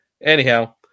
anyhow